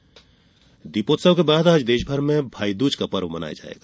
भाईदूज दीपोत्सव के बाद आज देशभर में भाई दूज का पर्व मनाया जाएगा